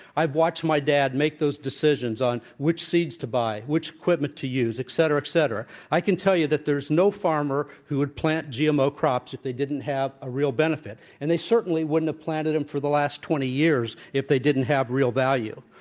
i've watched my dad make those decisions on which seeds to buy, which equipment to use, et cetera, et cetera. i can tell you that there's no farmer who would plant gmo crops if they didn't have a real benefit. and they certainly wouldn't have planted them for the last twenty years if they didn't have real value.